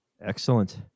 Excellent